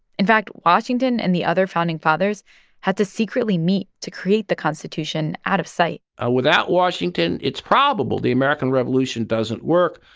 in fact, washington and the other founding fathers had to secretly meet to create the constitution out of sight ah without washington, it's probable the american revolution doesn't work,